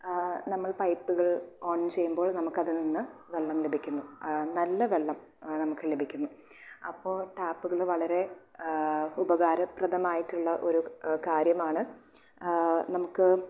നമ്മൾ പൈപ്പ്കൾ ഓൺ ചെയ്യുമ്പോൾ നമുക്ക് അതിൽ നിന്ന് വെള്ളം ലഭിക്കുന്നു നല്ല വെള്ളം നമുക്ക് ലഭിക്കുന്നു അപ്പോൾ ടാപ്പുകൾ വളരേ ഉപകാരപ്രദമായിട്ടുള്ള ഒരു കാര്യമാണ് നംക്ക്